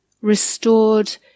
restored